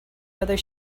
whether